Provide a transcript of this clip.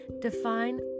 define